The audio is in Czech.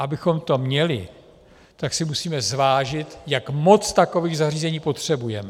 Abychom to měli, tak si musíme zvážit, jak moc takových zařízení potřebujeme.